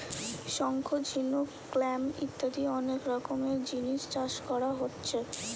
শঙ্খ, ঝিনুক, ক্ল্যাম ইত্যাদি অনেক রকমের জিনিস চাষ কোরা হচ্ছে